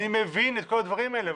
אני מבין את כל הדברים האלה,